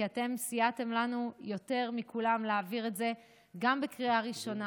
כי אתם סייעתם לנו יותר מכולם להעביר את זה גם בקריאה הראשונה